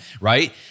right